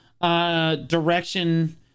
direction